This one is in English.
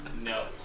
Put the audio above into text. No